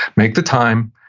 make the time,